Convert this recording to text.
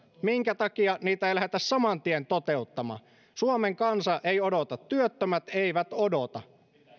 minkä takia niitä ei lähdetä saman tien toteuttamaan suomen kansa ei odota työttömät eivät odota